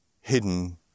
hidden